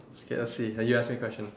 okay let's see you ask me a question